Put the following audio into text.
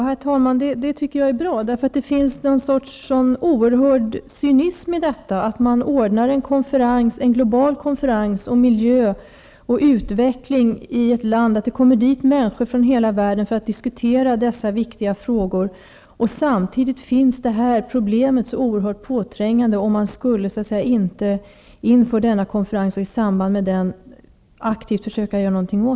Herr talman! Det tycker jag är bra. Det finns någon sorts oerhörd cynism i detta att det ordnas en global konferens om miljö och utveckling i ett land -- och dit kommer människor från hela världen för att diskutera dessa viktiga frågor -- där de här problemen finns så oerhört påträngande. Man borde in för denna konferens och i samband med den aktivt försöka göra något.